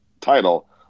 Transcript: title